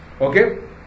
okay